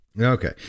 Okay